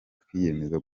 twiyemeza